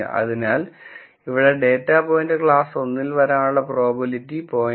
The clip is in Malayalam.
അതിനാൽ ഇവിടെ ഡാറ്റാ പോയിന്റ് ക്ലാസ് 1 ൽ വരാനുള്ള പ്രോബബിലിറ്റി 0